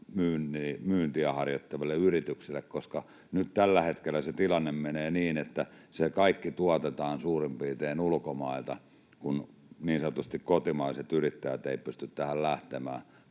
myyntiä harjoittaville yrityksille, koska nyt tällä hetkellä se tilanne menee niin, että se kaikki tuotetaan suurin piirtein ulkomailta, kun niin sanotusti kotimaiset yrittäjät eivät pysty tähän lähtemään,